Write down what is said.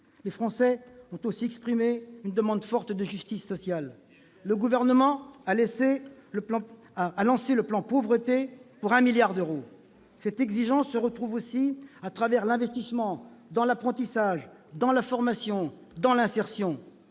Les Français ont aussi exprimé une demande forte de justice sociale. D'où la suppression de l'ISF ? Le Gouvernement a lancé le plan pauvreté, pour un milliard d'euros. Cette exigence se retrouve aussi à travers l'investissement dans l'apprentissage, la formation et l'insertion.